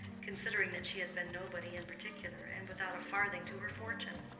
considering that she had been nobody in particular, and without a farthing to her fortune.